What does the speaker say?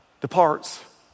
departs